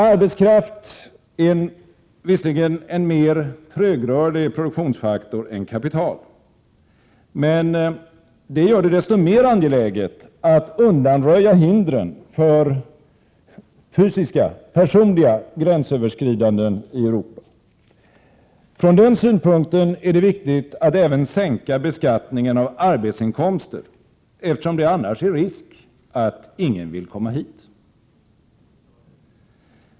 Arbetskraft är visserligen en mer trögrörlig produktionsfaktor än kapital, men det gör det desto mer angeläget att undanröja hindren för personliga gränsöverskridanden i Europa. Från den synpunkten är det viktigt att sänka även beskattningen av arbetsinkomster, eftersom det annars är risk att ingen vill komma hit.